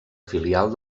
filial